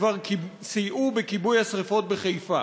שכבר סייעו בכיבוי השרפות בחיפה.